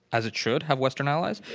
as it should have western allies.